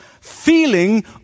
feeling